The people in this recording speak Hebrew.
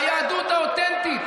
היום שבו, רחבה ריקה לחלוטין.